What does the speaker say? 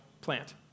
plant